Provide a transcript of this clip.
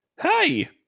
Hey